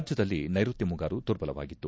ರಾಜ್ಯದಲ್ಲಿ ನೈರುತ್ಯ ಮುಂಗಾರು ದುರ್ಬಲವಾಗಿತ್ತು